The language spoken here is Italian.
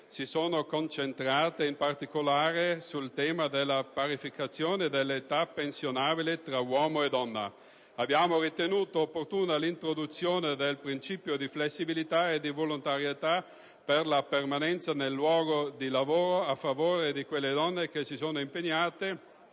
si sono concentrate in particolare sul tema della parificazione dell'età pensionabile tra uomo e donna. Abbiamo ritenuto opportuna l'introduzione del principio di flessibilità e volontarietà per la permanenza nel luogo di lavoro a favore di quelle donne che si sono impegnate